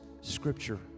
scripture